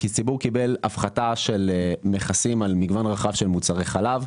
הציבור קיבל הפחתה של מכסים על מגוון רחב של מוצרי חלב.